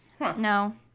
No